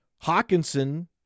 Hawkinson